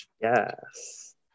Yes